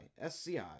S-C-I